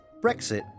Brexit